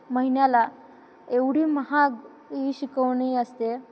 महिन्याला एवढी महाग ही शिकवणी असते